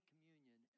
Communion